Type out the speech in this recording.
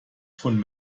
von